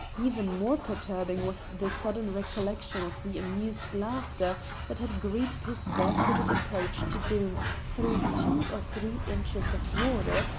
even more perturbing was the sudden recollection of the amused laughter that had greeted his barefooted approach to doom through two or three inches of water,